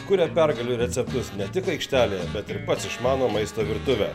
kuria pergalių receptus ne tik aikštelėje bet ir pats išmano maisto virtuvę